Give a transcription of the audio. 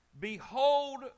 Behold